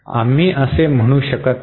आम्ही असे म्हणू शकत नाही